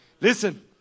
Listen